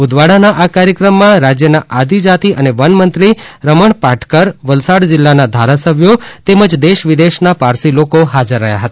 ઉદવાડાના આ કાર્યક્રમમાં રાજ્યનાં આદિજાતિ અને વનમંત્રી રમણ પાટકર વલસાડ જીલ્લાનાં ધારાસભ્યો તેમજ દેશ વિદેશનાં પારસી લોકો હાજર રહ્યા હતા